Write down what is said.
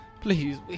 Please